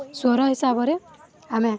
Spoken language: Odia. ସ୍ୱର ହିସାବରେ ଆମେ